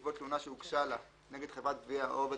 בעקבות תלונה שהוגשה לה נגד חברת גבייה או עובד